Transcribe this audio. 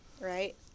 right